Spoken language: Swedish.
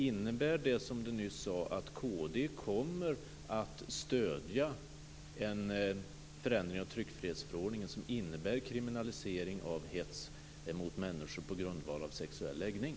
Innebär det som Ingvar Svensson nyss sade att kd kommer att stödja en förändring av tryckfrihetsförordningen som innebär kriminalisering av hets mot människor på grundval av sexuell läggning?